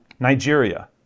Nigeria